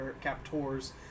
captors